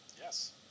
Yes